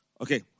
Okay